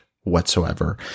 whatsoever